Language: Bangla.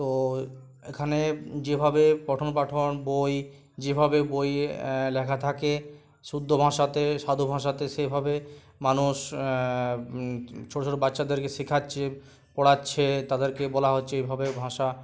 তো এখানে যেভাবে পঠন পাঠন বই যেভাবে বইয়ে লেখা থাকে শুদ্ধ ভাষাতে সাধু ভাষাতে সেইভাবে মানুষ ছোটো ছোটো বাচ্চাদেরকে শেখাচ্ছে পড়াচ্ছে তাদেরকে বলা হচ্ছে এইভাবে ভাষা